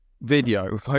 video